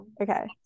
Okay